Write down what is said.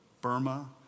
Burma